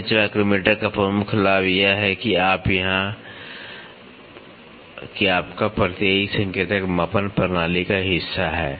bench micrometer का प्रमुख लाभ यह है कि हाँ आपका प्रत्ययी संकेतक मापन प्रणाली का हिस्सा है